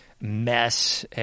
mess